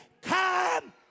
come